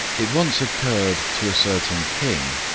it once occurred to a certain king,